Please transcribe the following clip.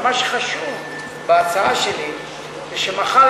אבל מה שחשוב בהצעה שלי זה שמחר,